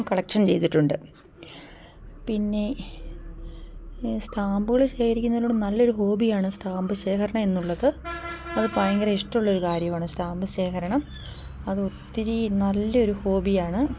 collection ചെയ്തിട്ടുണ്ട് പിന്നെ സ്റ്റാമ്പുകൾ ശേഖരിക്കുന്നതിലൂടെ നല്ലൊരു ഹോബിയാണ് സ്റ്റാമ്പ് ശേഖരണം എന്നുള്ളത് അത് ഭയങ്കര ഇഷ്ടമുള്ളൊരു കാര്യമാണ് സ്റ്റാമ്പ് ശേഖരണം അത് ഒത്തിരി നല്ലൊരു ഹോബിയാണ്